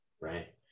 right